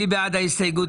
מי בעד קבלת ההסתייגות?